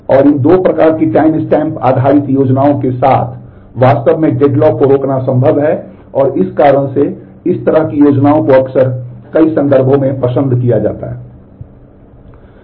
और इन दो प्रकार की टाइमस्टैम्प आधारित योजनाओं के साथ वास्तव में डेडलॉक को रोकना संभव है और इस कारण से इस तरह की योजनाओं को अक्सर कई संदर्भों में पसंद किया जाता है